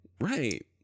Right